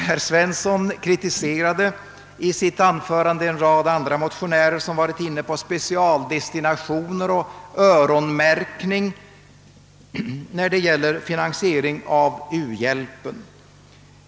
Herr Svensson kritiserade i sitt anförande en rad motionärer, som varit inne på specialdestinationer och öronmärkning, när det gäller finansiering av u-hjälpen.